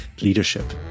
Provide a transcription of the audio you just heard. Leadership